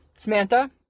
Samantha